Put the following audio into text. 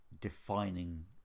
defining